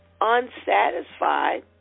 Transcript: unsatisfied